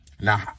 Now